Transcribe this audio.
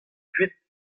kuit